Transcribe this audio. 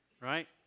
Right